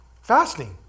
fasting